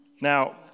Now